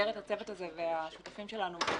במסגרת הצוות הזה, והשותפים שלנו מסכימים,